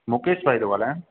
मुकेश भाई थो ॻाल्हायां